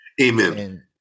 Amen